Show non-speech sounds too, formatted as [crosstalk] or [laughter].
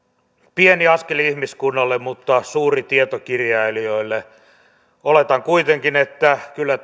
pieni askel ihmiskunnalle mutta suuri tietokirjailijoille oletan kuitenkin että kyllä [unintelligible]